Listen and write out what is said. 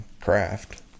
craft